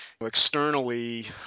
externally